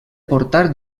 portar